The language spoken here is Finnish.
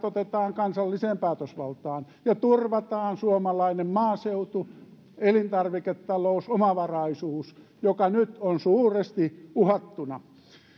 otetaan kansalliseen päätösvaltaan ja turvataan suomalainen maaseutu elintarviketalous ja omavaraisuus jotka nyt ovat suuresti uhattuna